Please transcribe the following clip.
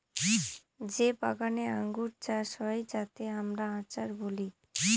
যে বাগানে আঙ্গুর চাষ হয় যাতে আমরা আচার বলি